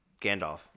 Gandalf